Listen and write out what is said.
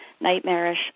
nightmarish